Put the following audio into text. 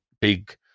big